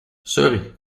sorry